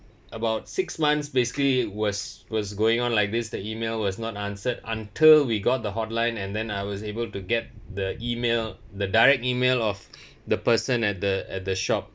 about six months basically it was was going on like this the email was not answered until we got the hotline and then I was able to get the email the direct email of the person at the at the shop